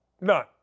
None